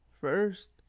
first